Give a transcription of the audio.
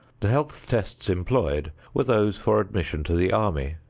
the health tests employed were those for admission to the army.